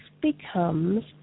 becomes